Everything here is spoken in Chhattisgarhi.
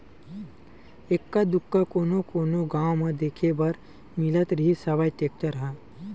एक्का दूक्का कोनो कोनो गाँव म देखे बर मिलत रिहिस हवय टेक्टर ह